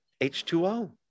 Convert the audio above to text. H2O